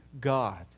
God